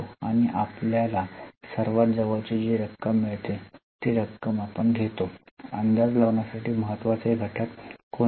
आणि आपल्याला सर्वात जवळची जी रक्कम मिळते ती रक्कम आपण घेतो अंदाज लावण्यासाठी महत्त्वाचे घटक कोणते